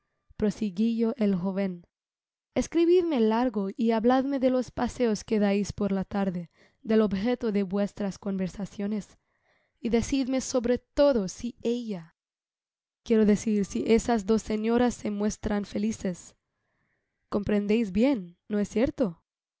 salud prosiguió el jovenescribidme largo y habladme de los paseos que dais por la tarde del objeto de vuestras conversaciones y decidme sobre todo si ella quiero decir si esas dos señoras se muestran felices comprendeis bien no es cierto